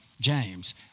James